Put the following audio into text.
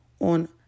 on